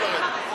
לא לרדת.